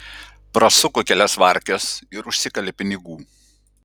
prasuko kelias varkes ir užsikalė pinigų